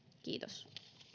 kiitos